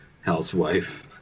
housewife